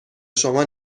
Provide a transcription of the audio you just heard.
شما